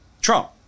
Trump